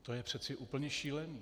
To je přece úplně šílené.